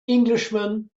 englishman